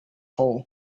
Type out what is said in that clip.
hole